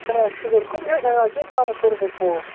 آ شُکُر کمس چھو ژھانڈان کمہ باپتھ کوٚرو تۄہہِ فون